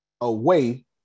away